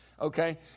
okay